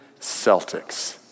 Celtics